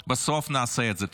בסוף-בסוף אנחנו נעשה את זה.